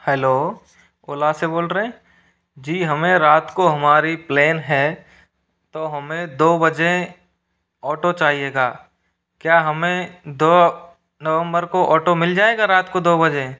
hello Ola से बोल रहे जी हमें रात को हमारी प्लेन है तो हमें दो बजें ऑटो चाहिए था क्या हमें दो नवंबर को ऑटो मिल जाएगा रात को दो बजे